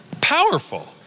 Powerful